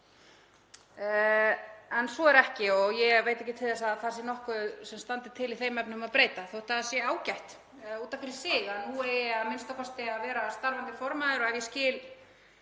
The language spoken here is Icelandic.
En svo er ekki og ég veit ekki til þess að það sé nokkuð sem standi til í þeim efnum að breyta, þótt það sé ágætt út af fyrir sig að nú eigi a.m.k. að vera starfandi formaður. Og ef ég skil